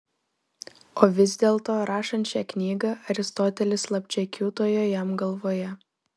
o vis dėlto rašant šią knygą aristotelis slapčia kiūtojo jam galvoje